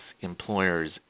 employers